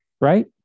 right